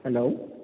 hello